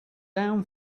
down